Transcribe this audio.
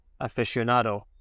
aficionado